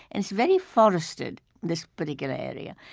and it's very forested, this particular area.